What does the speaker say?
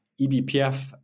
ebpf